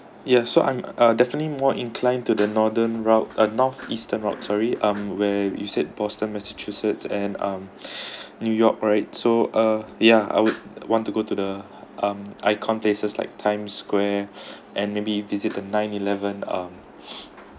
ya so I'm uh definitely more inclined to the northern route uh northeastern route sorry um where you said boston massachusetts and um new york right so uh ya I would want to go to the um icon places like times square and maybe visit the nine eleven uh